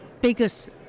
biggest